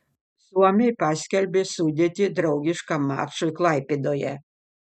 suomiai paskelbė sudėtį draugiškam mačui klaipėdoje